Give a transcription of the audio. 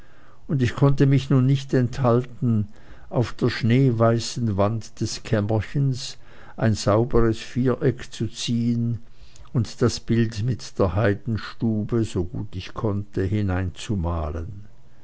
und ich konnte mich nun nicht enthalten auf der schneeweißen wand des kämmerchens ein sauberes viereck zu ziehen und das bild mit der heidenstube so gut ich konnte